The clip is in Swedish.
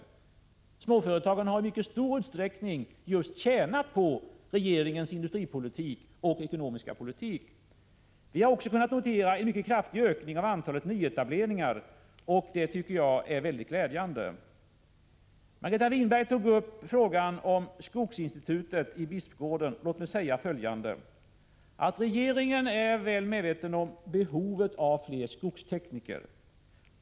Just småföretagen har i mycket stor utsträckning tjänat på regeringens industripolitik och ekonomiska politik. Vi har också kunnat notera en mycket kraftig ökning av antalet nyetableringar, och det tycker jag är väldigt glädjande. Margareta Winberg tog upp frågan om skogsinstitutet i Bispgården. Låt mig säga följande. Regeringen är väl medveten om behovet av fler skogstekniker.